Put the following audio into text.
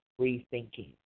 rethinking